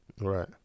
Right